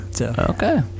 Okay